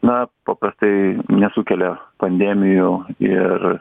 na paprastai nesukelia pandemijų ir